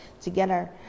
together